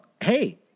hey